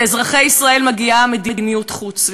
לאזרחי ישראל מגיעה מדיניות חוץ,